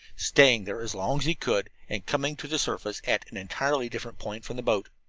staying there as long as he could, and coming to the surface at an entirely different point from the boat.